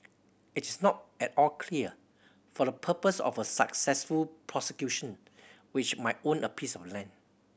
it is not at all clear for the purpose of a successful prosecution which might own a piece of land